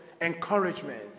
encouragement